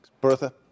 bertha